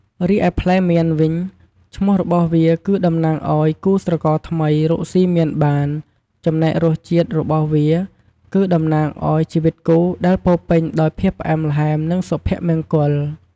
រីឯផ្លែមានវិញ ឈ្មោះរបស់វាគឺតំណាងឲ្យគូស្រករថ្មីរកសុីមានបាន ចំណែករសជាតិរបស់វាគឺតំណាងឲ្យ ជីវិតគូដែលពោរពេញដោយភាពផ្អែមល្ហែម និងសុភមង្គល។